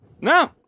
No